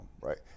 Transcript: right